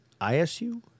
ISU